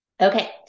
Okay